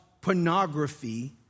pornography